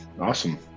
Awesome